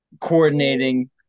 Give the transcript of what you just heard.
coordinating